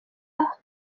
mccarthy